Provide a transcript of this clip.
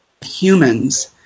humans